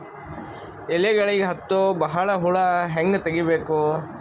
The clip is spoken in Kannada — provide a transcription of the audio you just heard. ಎಲೆಗಳಿಗೆ ಹತ್ತೋ ಬಹಳ ಹುಳ ಹಂಗ ತೆಗೀಬೆಕು?